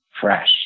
fresh